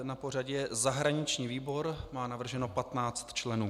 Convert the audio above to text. Na pořadu je zahraniční výbor, má navržených 15 členů.